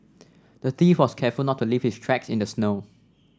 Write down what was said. the thief was careful to not leave his tracks in the snow